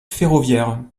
ferroviaire